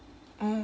mm